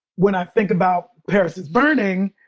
when i think about paris is burning,